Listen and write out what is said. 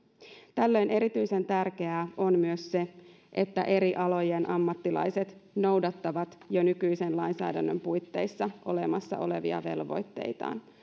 tällöin erityisen tärkeää on myös se että eri alojen ammattilaiset noudattavat jo nykyisen lainsäädännön puitteissa olemassa olevia velvoitteitaan